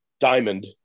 diamond